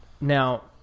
Now